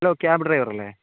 hello cab driver അല്ലേ